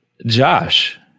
josh